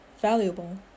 valuable